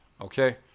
Okay